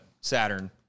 Saturn